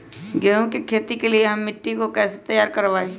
गेंहू की खेती के लिए हम मिट्टी के कैसे तैयार करवाई?